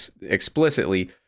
explicitly